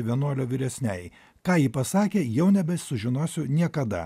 vienuolio vyresniajai ką ji pasakė jau nebesužinosiu niekada